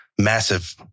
massive